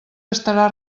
estarà